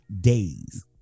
days